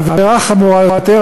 העבירה החמורה יותר,